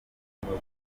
akwiye